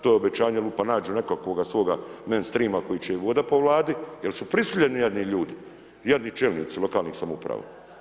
To je obećanje, pa nađu nekakvoga svoga man streama koje će vodat po Vladi, jer su prisiljeni jadni ljudi, jadni čelnici lokalnih samouprava.